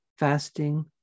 Fasting